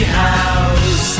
house